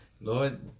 Lord